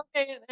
Okay